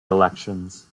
elections